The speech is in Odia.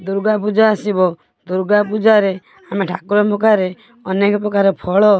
ଦୁର୍ଗାପୂଜା ଆସିବ ଦୁର୍ଗାପୂଜାରେ ଆମେ ଠାକୁରଙ୍କ ପାଖରେ ଅନେକପ୍ରକାର ଫଳ